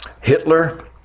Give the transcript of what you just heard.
Hitler